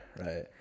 right